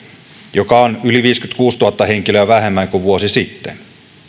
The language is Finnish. joka on yli viisikymmentäkuusituhatta henkilöä vähemmän kuin vuosi sitten